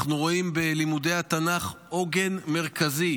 אנחנו רואים בלימודי התנ"ך עוגן מרכזי